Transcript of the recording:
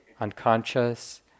unconscious